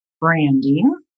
branding